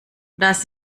das